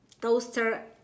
toaster